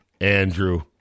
Andrew